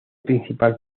principal